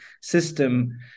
system